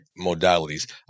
modalities